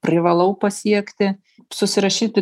privalau pasiekti susirašyti